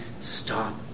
stop